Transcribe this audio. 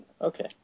Okay